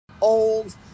old